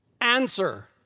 Answer